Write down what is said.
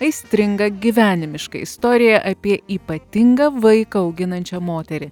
aistringa gyvenimiška istorija apie ypatingą vaiką auginančią moterį